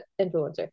influencer